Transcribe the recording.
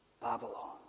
Babylon